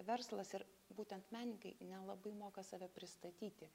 verslas ir būtent menininkai nelabai moka save pristatyti